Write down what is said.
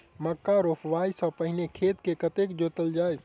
मक्का रोपाइ सँ पहिने खेत केँ कतेक जोतल जाए?